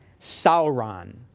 Sauron